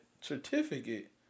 certificate